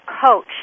coach